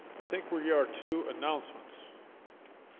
i think we are two announcements